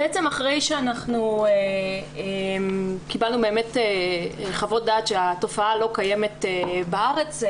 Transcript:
אחרי שקיבלנו חוות דעת שהתופעה לא קיימת בארץ,